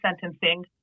sentencing